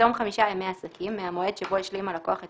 בתום חמישה ימי עסקים מהמועד שבו השלים הלקוח את